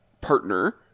partner